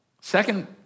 Second